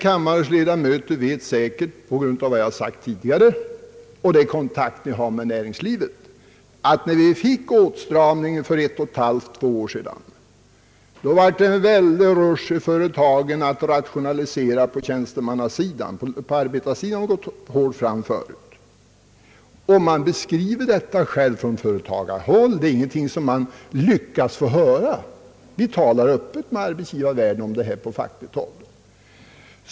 Kammarens ledamöter vet säkert av vad jag sagt tidigare och av den kontakt de har med näringslivet att när vi fick åtstramningen för ett och ett halvt år sedan, blev det en väldig fart inom företagen att rationalisera på tjänstemannasidan. På arbetarsidan hade man gått hårt fram förut. Detta beskriver man själv från företagarhåll, det är ingenting som vi andra fått veta skvallervägen. Vi talar på fackligt håll öppet med arbetsgivarvärlden om detta.